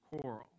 quarrel